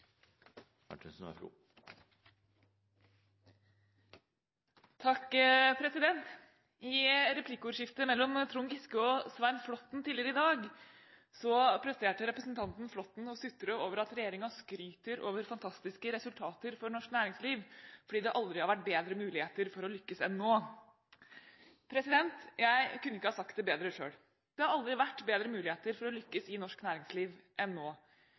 I replikkordskiftet mellom statsråd Trond Giske og Svein Flåtten tidligere i dag, presterte representanten Flåtten å sutre over at regjeringen skryter av fantastiske resultater for norsk næringsliv fordi det aldri har vært bedre muligheter for å lykkes enn nå. Jeg kunne ikke ha sagt det bedre selv! Det har aldri vært bedre muligheter for å lykkes i norsk næringsliv enn nå.